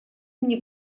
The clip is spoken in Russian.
мне